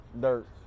dirt